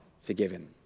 forgiven